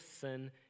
sin